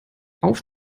auf